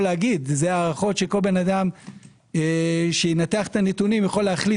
כל אדם שינתח את הנתונים יכול להחליט